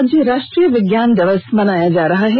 आज राष्ट्रीय विज्ञान दिवस मनाया जा रहा है